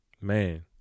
Man